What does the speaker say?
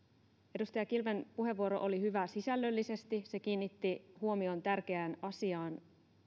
edustaja kilven puheenvuoro oli hyvä sisällöllisesti se kiinnitti huomion tärkeään asiaan